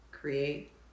Create